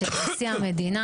של נשיא המדינה,